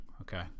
Okay